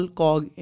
cog